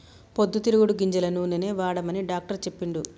పొద్దు తిరుగుడు గింజల నూనెనే వాడమని డాక్టర్ చెప్పిండు